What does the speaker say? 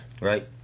right